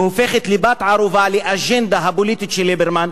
שהופכת בת-ערובה לאג'נדה הפוליטית של ליברמן,